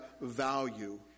value